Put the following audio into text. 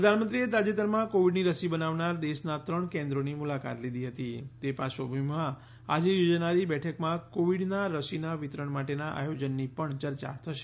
પ્રધાનમંત્રીએ તાજેતરમાં કોવિડની રસી બનાવનાર દેશના ત્રણ કેન્દ્રોની મુલાકાત લીધી હતી તે પાર્શ્વભૂમિમાં આજે યોજાનારી બેઠકમાં કોવિડના રસીના વિતરણ માટેના આયોજનની પણ ચર્ચા થશે